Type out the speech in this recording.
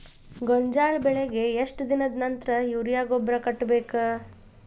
ಗೋಂಜಾಳ ಬೆಳೆಗೆ ಎಷ್ಟ್ ದಿನದ ನಂತರ ಯೂರಿಯಾ ಗೊಬ್ಬರ ಕಟ್ಟಬೇಕ?